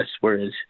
whereas